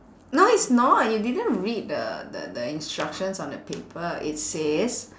no it's not you didn't read the the the instructions on the paper it says